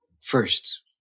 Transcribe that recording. first